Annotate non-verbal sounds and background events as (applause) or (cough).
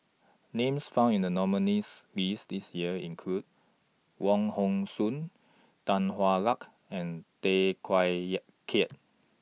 Names found in The nominees' list This Year include Wong Hong Suen Tan Hwa Luck and Tay Teow (unintelligible) Kiat